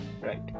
Right